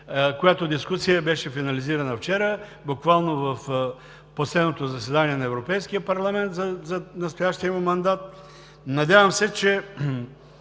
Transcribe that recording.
която дискусия беше финализирана вчера, буквално в последното заседание на Европейския парламент за настоящия му мандат. Надявам се, че